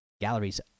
galleries